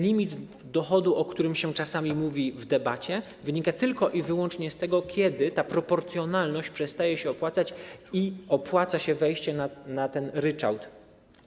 Limit dochodu, o którym czasami mówi się w debacie, wynika tylko i wyłącznie z tego, że ta proporcjonalność przestaje się opłacać i opłaca się przejście na ryczałt.